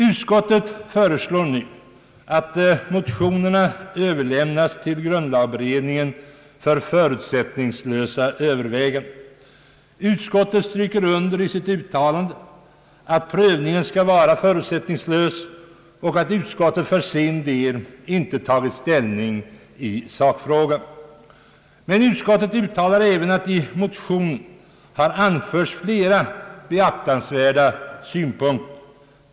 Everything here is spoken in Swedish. Utskottet föreslår nu att motionerna överlämnas till grundlagberedningen för förutsättningslösa överväganden. Utskottet stryker under i sitt uttalande att prövningen skall vara helt förutsättningslös och att utskottet för sin del inte tagit ställning i sakfrågan. Men utskottet uttalar även att det i motionen har anförts flera beaktansvärda synpunkter.